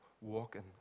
walking